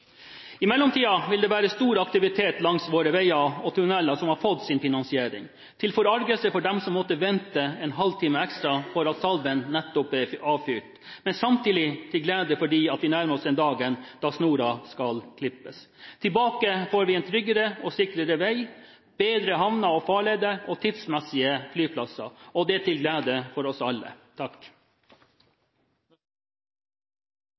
I mellomtiden vil det være stor aktivitet langs våre veier og tunneler som har fått sin finansiering – til forargelse for dem som må vente en halvtime ekstra fordi salven nettopp er avfyrt, men samtidig til glede for dem for at vi nærmer oss den dagen da snoren skal klippes. Tilbake får vi en tryggere og sikrere vei, bedre havner og farleder og tidsmessige flyplasser, og det til glede for oss alle.